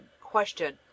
Question